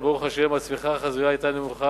אבל ברוך השם הצמיחה החזויה היתה נמוכה,